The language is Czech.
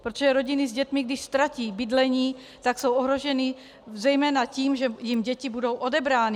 Protože rodiny s dětmi, když ztratí bydlení, jsou ohroženy zejména tím, že jim děti budou odebrány.